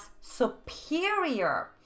superior